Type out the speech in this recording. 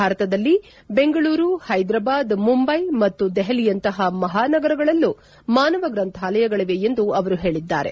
ಭಾರತದಲ್ಲಿ ಬೆಂಗಳೂರು ಹೈದರಾಬಾದ್ ಮುಂಬೈ ಮತ್ತು ದೆಹಲಿಯಂತಹ ಮಹಾನಗರಗಳಲ್ಲೂ ಮಾನವ ಗ್ರಂಥಾಲಯಗಳವೆ ಎಂದು ಹೇಳಿದ್ದಾರೆ